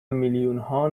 میلیونها